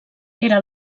era